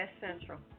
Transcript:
Central